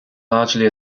largely